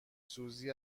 سوزی